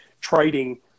Trading